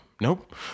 Nope